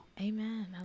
Amen